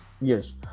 yes